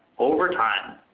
over time.